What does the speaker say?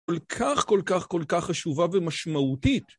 כל כך, כל כך, כל כך חשובה ומשמעותית.